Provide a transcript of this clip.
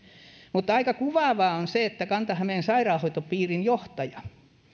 mutta aika kuvaavaa on se että kanta hämeen sairaanhoitopiirin johtaja